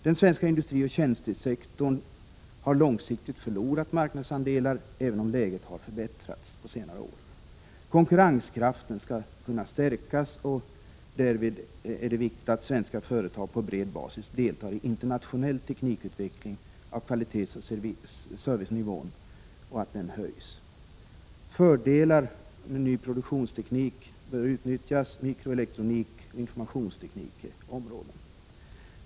Den svenska industrioch tjänstesektorn har långsiktigt förlorat marknadsandelar, även om läget har förbättrats på senare år. Konkurrenskraften skall kunna stärkas och därvid är det viktigt att svenska företag på bred bas deltar i internationell teknikutveckling samt att kvalitetsoch servicenivån höjs. Fördelar med ny produktionsteknik bör utnyttjas. Mikroelektronik och informationsteknik är sådana områden.